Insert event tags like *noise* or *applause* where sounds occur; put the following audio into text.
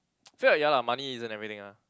*noise* feel like ya lah money isn't everything ah